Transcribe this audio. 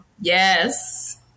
Yes